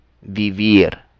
vivir